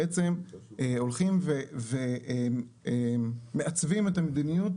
הולכים ומעצבים את המדיניות